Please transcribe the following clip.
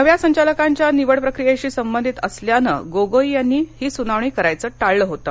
नव्या संचालकांच्या निवड प्रक्रियेशी संबंधित असल्यानं गोगोई यांनी ही सुनावणी करायचं टाळलं होतं